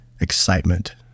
excitement